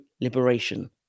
liberation